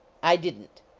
i didn